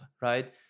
right